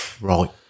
right